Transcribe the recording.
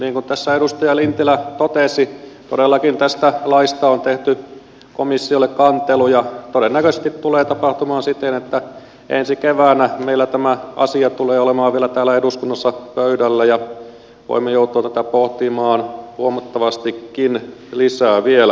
niin kuin tässä edustaja lintilä totesi todellakin tästä laista on tehty komissiolle kantelu ja todennäköisesti tulee tapahtumaan siten että ensi keväänä meillä tämä asia tulee olemaan vielä täällä eduskunnassa pöydällä ja voimme joutua tätä pohtimaan huomattavastikin lisää vielä